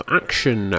action